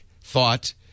thought